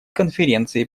конференцией